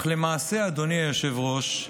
אך למעשה, אדוני היושב-ראש,